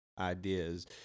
ideas